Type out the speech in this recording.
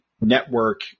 network